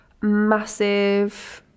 massive